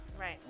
Right